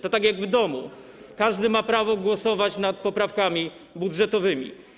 To tak jak w domu - każdy ma prawo głosować nad poprawkami budżetowymi.